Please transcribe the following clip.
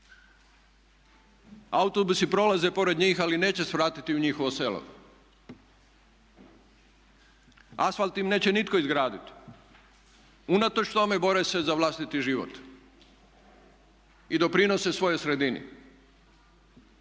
Autobusi prolaze pored njih, ali neće svratiti u njihovo selo. Asfalt im neće nitko izgraditi unatoč tome bore se za vlastiti život i doprinose svojoj sredini.